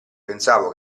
pensavo